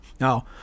Now